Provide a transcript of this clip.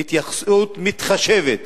להתייחסות מתחשבת